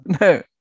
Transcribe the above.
no